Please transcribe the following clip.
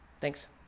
Thanks